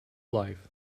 life